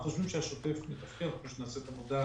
חושבים שהשוטף מתפקד ונעשית עבודה